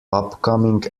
upcoming